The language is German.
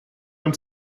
und